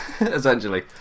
essentially